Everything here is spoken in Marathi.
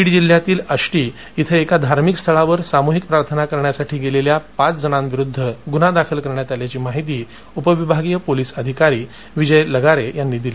बीड जिल्ह्यातील आष्टी इथं एका धार्मिक स्थळावर सामृहिक प्रार्थना करण्यासाठी गेलेल्या पाच जणांविरूध्द गुन्हा दाखल करण्यात आल्याची माहिती उपविभागीय पोलिस अधिकारी विजय लगारे यांनी दिली